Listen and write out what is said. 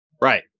Right